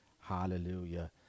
hallelujah